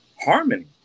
harmony